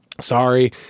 Sorry